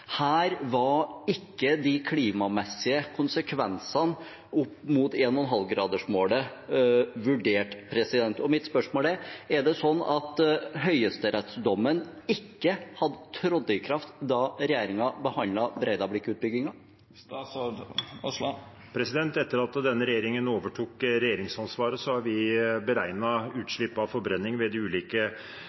Her var ikke de klimamessige konsekvensene opp mot 1,5-gradersmålet vurdert. Mitt spørsmål er: Er det sånn at høyesterettsdommen ikke hadde trådt i kraft da regjeringen behandlet Breidablikk-utbyggingen? Etter at denne regjeringen overtok regjeringsansvaret, har vi beregnet utslippet av forbrenning ved de ulike